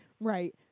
Right